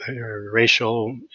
racial